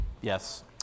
Yes